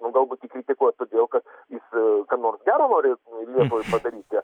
o galbūt jį kritikuos todėl kad jis ką nors gero lietuvai nori padaryti